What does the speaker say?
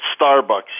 Starbucks